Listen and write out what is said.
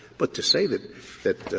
but to say that that